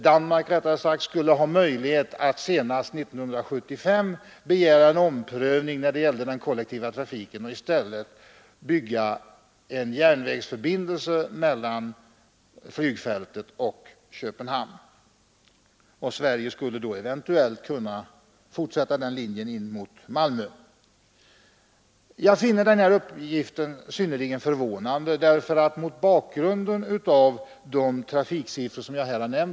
Danmark har möjlighet att senast 1975 begära en omprövning när det gäller den kollektiva trafiken och i stället låta bygga en järnvägsförbindelse mellan flygfältet och Köpenhamn. Sverige skulle då eventuellt kunna fortsätta den linjen in mot Malmö. Jag finner den uppgiften synnerligen förvånande.